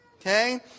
Okay